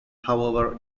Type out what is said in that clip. however